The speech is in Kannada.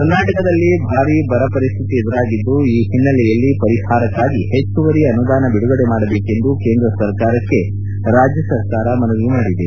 ಕರ್ನಾಟಕದಲ್ಲಿ ಭಾರಿ ಬರ ಪರಿಸ್ಥಿತಿ ಎದುರಾಗಿದ್ದು ಈ ಹಿನ್ನೆಲೆಯಲ್ಲಿ ಪರಿಹಾರಕ್ಕಾಗಿ ಹೆಚ್ಚುವರಿ ಅನುದಾನ ಬಿಡುಗಡೆ ಮಾಡಬೇಕೆಂದು ಕೇಂದ್ರ ಸರಕಾರಕ್ಕೆ ರಾಜ್ಯ ಸರಕಾರ ಮನವಿ ಮಾಡಿದೆ